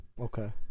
Okay